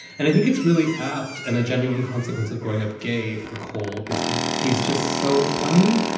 and i think it's really apt and a genuine consequence of growing up gay for coal. it's he's just so funny.